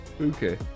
okay